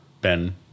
Ben